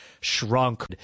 shrunk